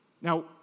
Now